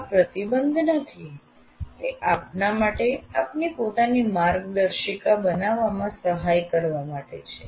આ પ્રતિબંધ નથી તે આપના માટે આપની પોતાની માર્ગદર્શિકા બનાવવામાં સહાય કરવા માટે છે